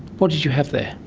what did you have there?